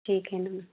ठीक है ना